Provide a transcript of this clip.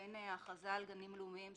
ולא מי שהגיע לשם אחרי הכרזת הגן הלאומי.